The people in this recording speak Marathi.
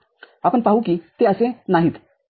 आपण पाहू की ते असे नाहीत